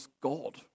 God